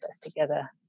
together